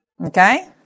Okay